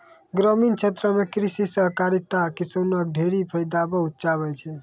ग्रामीण क्षेत्रो म कृषि सहकारिता किसानो क ढेरी फायदा पहुंचाबै छै